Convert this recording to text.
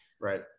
Right